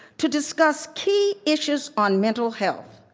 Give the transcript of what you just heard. to discuss key issues on mental health,